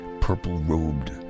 purple-robed